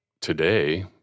Today